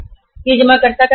यह जमाकर्ता का पैसा है